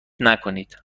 نکنید